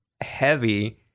heavy